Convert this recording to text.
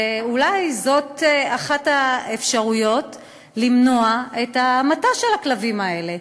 ואולי זאת אחת האפשרויות למנוע את ההמתה של הכלבים האלה.